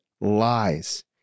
Lies